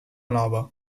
nova